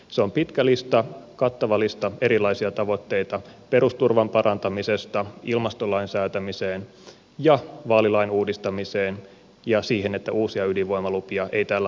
se on pitkä lista kattava lista erilaisia tavoitteita perusturvan parantamisesta ilmastolain säätämiseen ja vaalilain uudistamiseen ja siihen että uusia ydinvoimalupia ei tällä hallituskaudella myönnetä